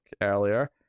earlier